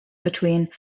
between